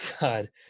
God